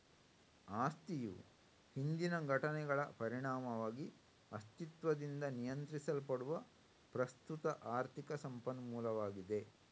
ಆಸ್ತಿಯು ಹಿಂದಿನ ಘಟನೆಗಳ ಪರಿಣಾಮವಾಗಿ ಅಸ್ತಿತ್ವದಿಂದ ನಿಯಂತ್ರಿಸಲ್ಪಡುವ ಪ್ರಸ್ತುತ ಆರ್ಥಿಕ ಸಂಪನ್ಮೂಲವಾಗಿದೆ